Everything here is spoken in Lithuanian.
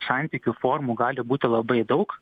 santykių formų gali būti labai daug